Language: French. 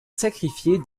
sacrifier